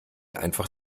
einfach